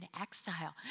exile